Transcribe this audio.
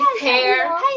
hair